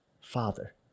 Father